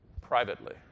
privately